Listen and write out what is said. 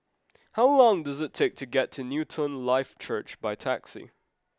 how long does it take to get to Newton Life Church by taxi